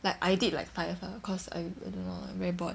like I did like five lah cause I I don't know lah very bored